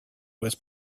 was